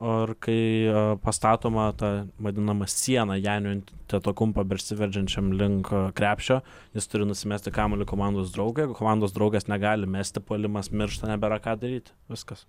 ir kai pastatoma ta vadinama siena janio antetokumpo besiveržiančiam link krepšio jis turi nusimesti kamuolį komandos draugui komandos draugas negali mesti puolimas miršta nebėra ką daryti viskas